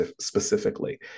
specifically